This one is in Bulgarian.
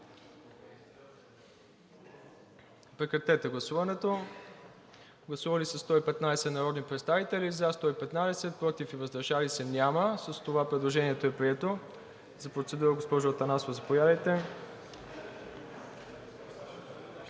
режим на гласуване. Гласували 115 народни представители: за 115, против и въздържали се няма. С това предложението е прието. За процедура, госпожо Атанасова, заповядайте.